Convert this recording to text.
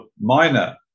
minor